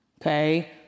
okay